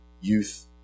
youth